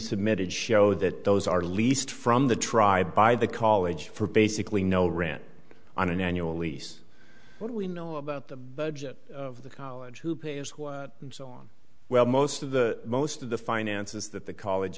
submitted show that those are leased from the tribe by the college for basically no rent on an annual lease what do we know about the budget of the college who pays and so on well most of the most of the finances that the college